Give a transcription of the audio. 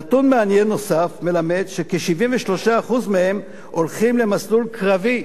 נתון מעניין נוסף מלמד שכ-73% מהם הולכים למסלול קרבי,